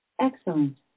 Excellent